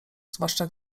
zwłaszcza